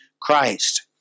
Christ